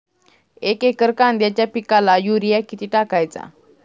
एक एकर कांद्याच्या पिकाला युरिया किती टाकायचा?